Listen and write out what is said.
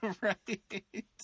Right